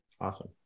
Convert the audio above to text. Awesome